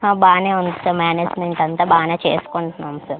బాగానే ఉంది sir management అంతా బాగానే చేసుకుంటున్నాం సార్